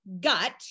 gut